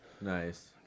Nice